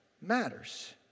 matters